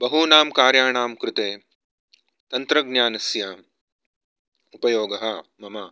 बहूनां कार्याणां कृते तन्त्रज्ञानस्य उपयोगः मम